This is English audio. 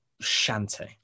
shanty